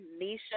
Nisha